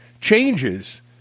changes